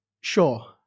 Sure